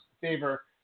favor